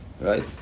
right